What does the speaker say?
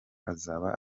azaba